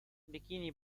bikini